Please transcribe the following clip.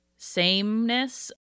sameness